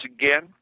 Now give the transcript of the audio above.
again